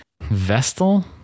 Vestal